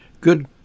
Good